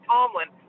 Tomlin